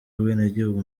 bwenegihugu